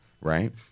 right